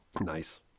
nice